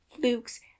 flukes